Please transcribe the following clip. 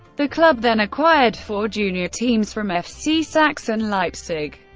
the club then acquired four junior teams from fc sachsen leipzig.